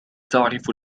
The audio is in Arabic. تعرف